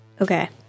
Okay